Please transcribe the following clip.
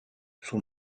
son